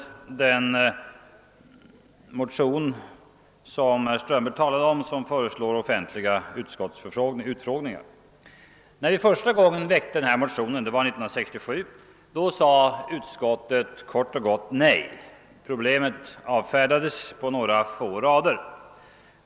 I den motion som herr Strömberg talat om föreslås offentliga utskottsutfrågningar. När vi första gången väckte en motion om sådana — det var 1967 — sade utskottet kort och gott nej; problemet avfärdades på några få rader.